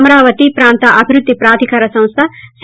అమరావతి ప్రాంత అభివృద్ది ప్రాధికార సంస్ట సి